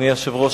אדוני היושב-ראש,